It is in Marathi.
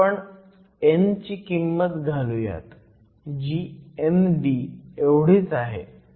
आता आपण n ची किंमत घालूयात जी ND एवढीच आहे